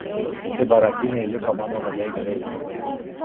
visi barakiniai liko mano labai gerais draugais